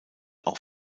auch